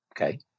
Okay